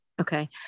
Okay